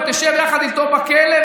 ותשב יחד איתו בכלא,